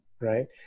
Right